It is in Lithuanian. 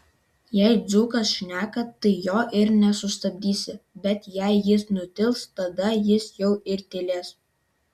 jei dzūkas šneka tai jo ir nesustabdysi bet jei jis nutils tada jis jau ir tylės